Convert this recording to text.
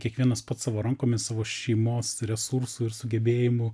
kiekvienas pats savo rankomis savo šeimos resursų ir sugebėjimų